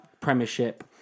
Premiership